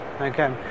okay